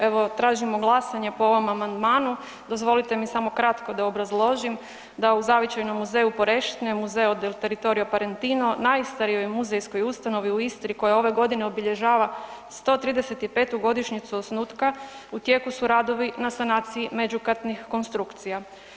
Evo tražimo glasanje po ovom amandmanu, dozvolite mi samo kratko da obrazložim da u Zavičajnom muzeju Poreštine u Museo del territoria parentino najstarijoj muzejskoj ustanovi u Istri koja ove godine obilježava 135. godišnjicu osnutka u tijeku su radovi na sanaciji međukatnih konstrukcija.